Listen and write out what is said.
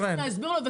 ואנחנו נסביר לו,